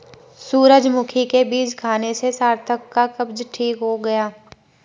सूरजमुखी के बीज खाने से सार्थक का कब्ज ठीक हो गया